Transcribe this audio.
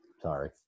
Sorry